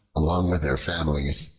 along with their families,